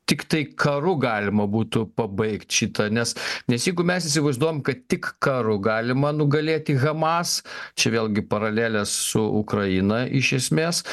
tiktai karu galima būtų pabaigt šitą nes nes jeigu mes įsivaizduojam kad tik karu galima nugalėti hamas čia vėlgi paralelės su ukraina iš esmės